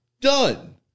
Done